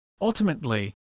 Ultimately